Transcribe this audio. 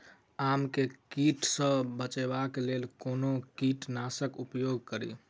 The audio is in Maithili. आम केँ कीट सऽ बचेबाक लेल कोना कीट नाशक उपयोग करि?